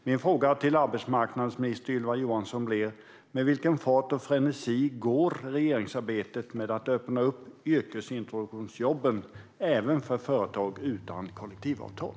Min fråga till arbetsmarknadsminister Ylva Johansson blir: Med vilken fart och frenesi går regeringsarbetet med att öppna yrkesintroduktionsjobben även för företag utan kollektivavtal?